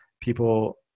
people